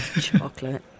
Chocolate